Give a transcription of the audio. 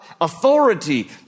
authority